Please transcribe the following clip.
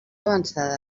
avançada